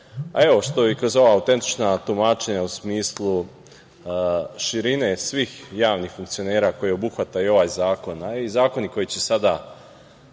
što i kroz ova autentična tumačenja u smislu širine svih javnih funkcionera, koje obuhvata i ovaj zakon, a i zakoni koji će sa da